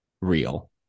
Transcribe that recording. Real